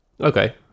okay